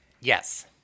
Yes